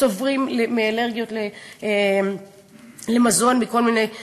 סובלים מאלרגיות למזון מכל מיני סוגים.